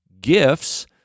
gifts